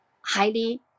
highly